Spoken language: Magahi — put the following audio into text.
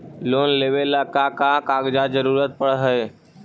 लोन लेवेला का का कागजात जरूरत पड़ हइ?